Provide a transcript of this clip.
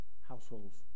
households